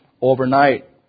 overnight